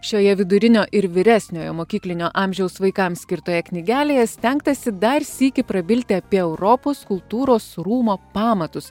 šioje vidurinio ir vyresniojo mokyklinio amžiaus vaikams skirtoje knygelėje stengtasi dar sykį prabilti apie europos kultūros rūmo pamatus